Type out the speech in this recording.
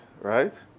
right